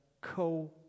co